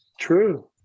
true